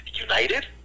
united